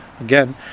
again